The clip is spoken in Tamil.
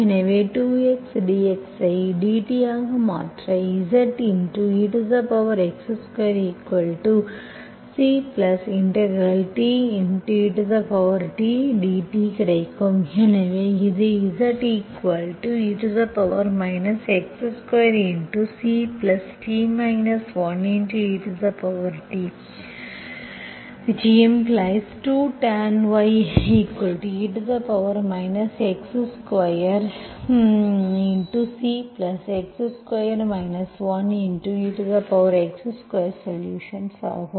எனவே 2x dx ஐ dt ஆக மாற்ற Zex2C t etdt கிடைக்கும் எனவே இது Ze x2Ct 1et⇒2 tanye x2Cex2 solutions ஆகும்